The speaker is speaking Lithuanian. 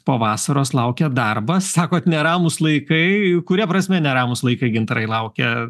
po vasaros laukia darbas sakote neramūs laikai kuria prasme neramūs laikai gintarai laukia